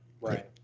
Right